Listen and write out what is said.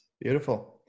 Beautiful